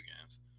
games